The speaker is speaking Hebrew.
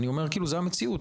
אני אומר שזו המציאות,